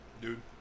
dude